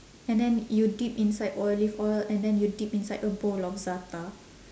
and then you dip inside olive oil and then you dip inside a bowl of za'atar